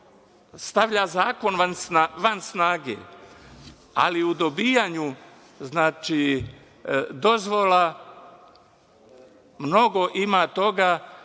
stavlja zakon van snage, ali u dobijanju dozvola mnogo ima toga